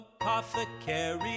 apothecary